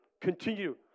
Continue